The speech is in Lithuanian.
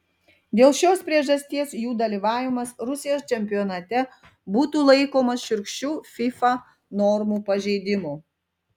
dėl šios priežasties jų dalyvavimas rusijos čempionate būtų laikomas šiurkščiu fifa normų pažeidimu